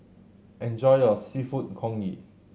enjoy your Seafood Congee